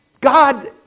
God